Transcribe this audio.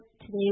today